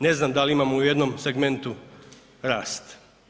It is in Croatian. Ne znam da li imamo u jednom segmentu rast.